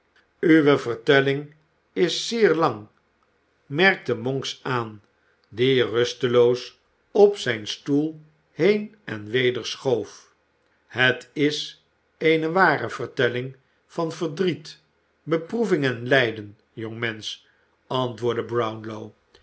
uwe vertelling is zeer lang merkte monks aan die rusteloos op zijn stoel heen en weder schoof het is eene ware vertelling van verdriet beproeving en lijden jongmensch antwoordde brownlow